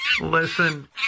listen